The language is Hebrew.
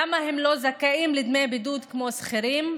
למה הם לא זכאים לדמי בידוד כמו שכירים?